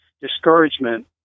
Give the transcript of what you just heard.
discouragement